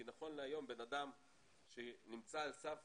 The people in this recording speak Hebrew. כי נכון להיום בן אדם שנמצא על סף